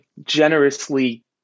generously